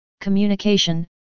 communication